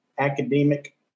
academic